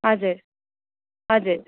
हजुर हजुर